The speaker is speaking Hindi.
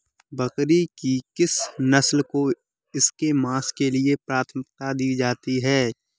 बकरी की किस नस्ल को इसके मांस के लिए प्राथमिकता दी जाती है?